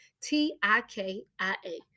T-I-K-I-A